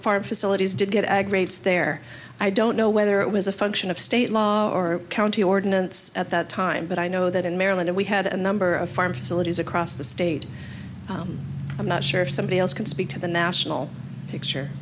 farm facilities did get aggregates there i don't know whether it was a function of state law or county ordinance at that time but i know that in maryland we had a number of farm facilities across the state i'm not sure if somebody else can speak to the national picture